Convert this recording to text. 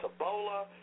Ebola